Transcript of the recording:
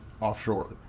offshore